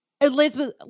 Elizabeth